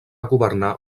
governar